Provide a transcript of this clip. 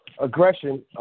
Aggression